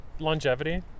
longevity